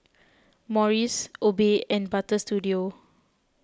Morries Obey and Butter Studio